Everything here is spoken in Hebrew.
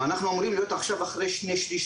גם אנחנו אמורים להיות עכשיו אחרי שני שליש,